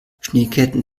schneeketten